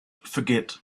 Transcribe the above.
forget